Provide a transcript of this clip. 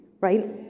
right